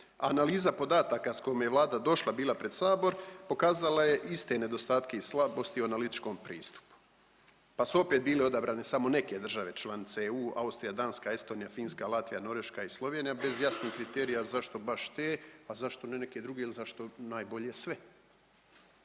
Analiza podataka s kojim je Vlada došla bila pred sabor pokazala je iste nedostatke i slabosti u analitičkom pristupu, pa su opet bile odabrane samo neke države članice EU, Austrija, Danska, Estonija, Finska, Latvija, Norveška i Slovenija bez jasnih kriterija zašto baš te, a zašto ne neke druge il zašto najbolje sve.